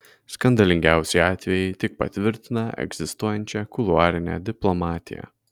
skandalingiausi atvejai tik patvirtina egzistuojančią kuluarinę diplomatiją